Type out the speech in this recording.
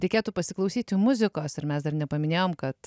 reikėtų pasiklausyti muzikos ir mes dar nepaminėjom kad